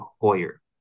Hoyer